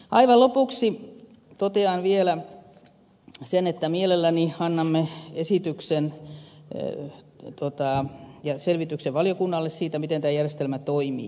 aivan lopuksi totean vielä sen että mielelläni annamme esityksen ja selvityksen valiokunnalle siitä miten tämä järjestelmä toimii